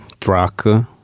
truck